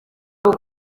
rwo